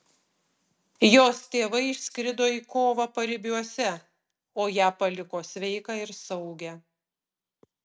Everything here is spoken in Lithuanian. jos tėvai išskrido į kovą paribiuose o ją paliko sveiką ir saugią